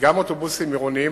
גם אוטובוסים עירוניים,